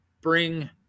bring